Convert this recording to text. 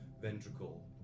ventricle